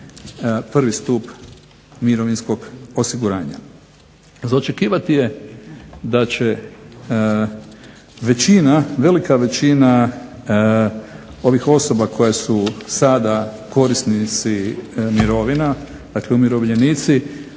prvi stup mirovinskog osiguranja. Za očekivati je da će većina, velika većina ovih osoba koje su sada korisnici mirovina, dakle umirovljenici,